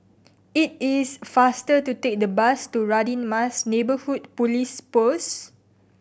it is faster to take the bus to Radin Mas Neighbourhood Police Post